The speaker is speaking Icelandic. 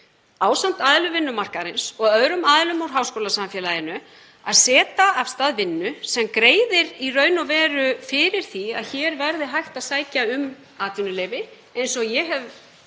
ásamt aðilum vinnumarkaðarins og öðrum aðilum úr háskólasamfélaginu, að setja af stað vinnu sem greiðir fyrir því að hér verði hægt að sækja um atvinnuleyfi, eins og ég hef